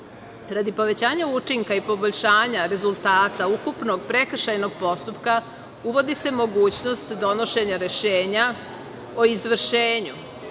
povećanja učinka i poboljšanja rezultata ukupnog prekršajnog postupka, uvodi se mogućnost donošenja rešenja o izvršenju